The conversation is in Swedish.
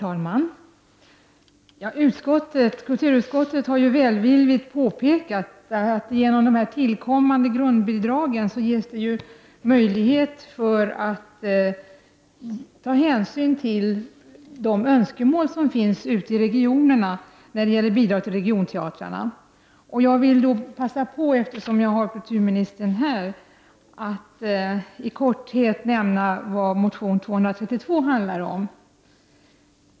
Herr talman! Kulturutskottet har välvilligt påpekat att det genom de tillkommande grundbidragen ges möjlighet att ta hänsyn till de önskemål som finns ute i regionerna när det gäller bidrag till regionteatrarna. Eftersom vi har kulturministern här vill jag passa på att i korthet nämna vad motion 232 handlar om.